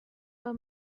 were